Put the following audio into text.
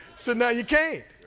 so now you can't